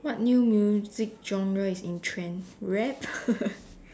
what new music genre is in trend rap